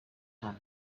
zen